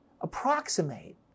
approximate